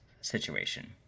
situation